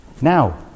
now